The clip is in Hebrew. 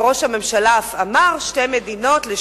וראש הממשלה אף אמר: שתי מדינות לשני עמים,